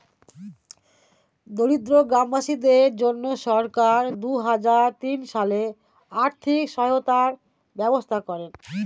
দরিদ্র গ্রামবাসীদের জন্য সরকার দুহাজার তিন সালে আর্থিক সহায়তার ব্যবস্থা করেন